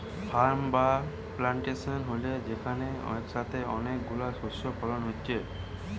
farm বা plantation হল যেখানে একসাথে অনেক গুলো শস্য ফলন হচ্ছে